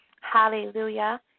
Hallelujah